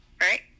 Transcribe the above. right